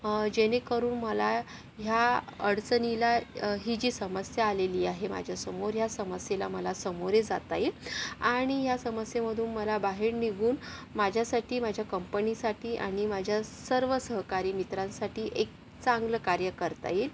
जेणेकरून मला ह्या अडचणीला ही जी समस्या आलेली आहे माझ्यासमोर या समस्येला मला सामोरे जाता येईल आणि या समस्येमधून मला बाहेर निघून माझ्यासाठी माझ्या कंपनीसाठी आणि माझ्या सर्व सहकारी मित्रांसाठी एक चांगलं कार्य करता येईल